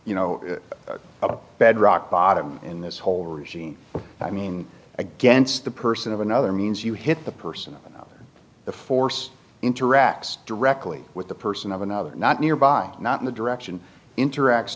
you know a bedrock bottom in this whole regime i mean against the person of another means you hit the person the force interacts directly with the person of another not nearby not in the direction interacts